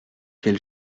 quel